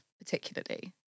particularly